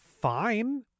fine